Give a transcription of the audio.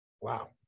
Wow